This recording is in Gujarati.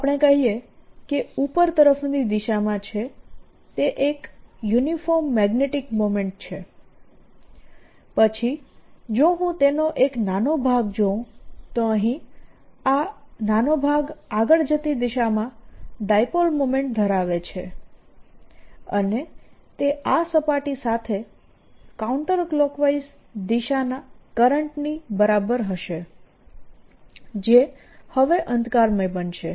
ચાલો આપણે કહીએ કે ઉપર તરફની દિશામાં છે તે એક યુનિફોર્મ મેગ્નેટીક મોમેન્ટ છે પછી જો હું તેનો એક નાનો ભાગ જોઉં તો અહીં આ નાનો ભાગ આગળ જતા દિશામાં ડાયપોલ મોમેન્ટ ધરાવે છે અને તે આ સપાટી સાથે કાઉન્ટરક્લોકવાઇઝ દિશાના કરંટની બરાબર હશે જે હવે અંધકારમય બનશે